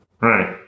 right